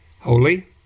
holy